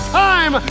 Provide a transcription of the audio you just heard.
time